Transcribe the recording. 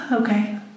Okay